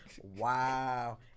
Wow